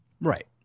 right